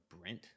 Brent